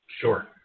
Sure